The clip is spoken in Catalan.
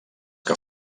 que